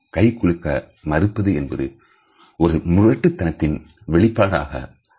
கைகுலுக்க மறுப்பது என்பது ஒரு முரட்டு தனத்தில் வெளிப்பாடாக பார்க்கப்படுகிறது